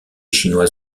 chinois